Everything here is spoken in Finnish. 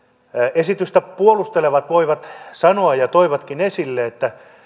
esitystä puolustelevat voivat sanoa ja toivatkin esille että